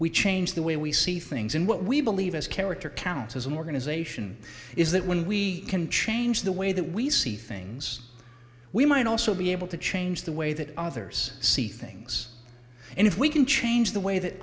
we change the way we see things and what we believe as character counts as an organization is that when we can change the way that we see things we might also be able to change the way that others see things and if we can change the way that